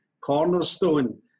Cornerstone